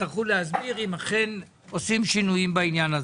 יצטרכו להסביר אם אכן עושים שינויים בעניין.